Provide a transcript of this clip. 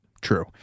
True